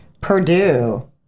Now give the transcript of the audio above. Purdue